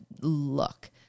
look